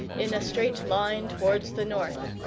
in a straight line towards the north.